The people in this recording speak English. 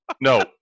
No